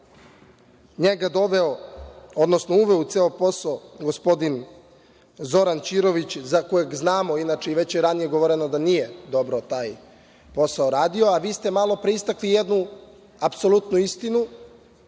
da je njega uveo u ceo posao gospodin Zoran Ćirović, za kojeg znamo i već je ranije govoreno da nije dobro taj posao radio, a vi ste malopre istakli jednu apsolutnu istinu